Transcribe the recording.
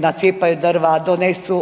nacijepaju drva, donesu,